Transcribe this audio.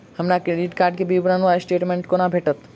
हमरा credit card केँ विवरण वा स्टेटमेंट कोना भेटत?